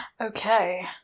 Okay